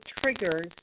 triggers